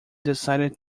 decided